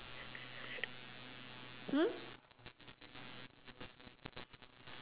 hmm